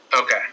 Okay